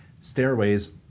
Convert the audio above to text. Stairways